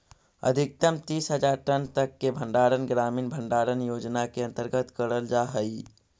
अधिकतम तीस हज़ार टन तक के भंडारण ग्रामीण भंडारण योजना के अंतर्गत करल जा हई